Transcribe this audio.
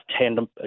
tandem